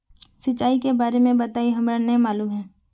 सिंचाई के बारे में बताई हमरा नय मालूम है?